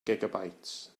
gigabytes